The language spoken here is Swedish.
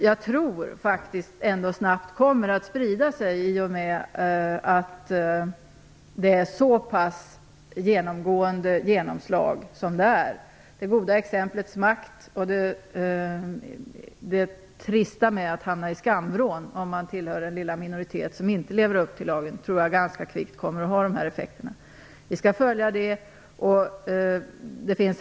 Jag tror ändå att den snabbt kommer att sprida sig i och med att den redan fått ett så pass genomgående genomslag. Jag tror att det goda exemplets makt och det trista i att få stå i skamvrån och tillhöra den lilla minoritet som inte lever upp till lagen kommer att ge effekt ganska kvickt.